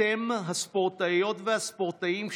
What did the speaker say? אתם, הספורטאיות והספורטאים שלנו,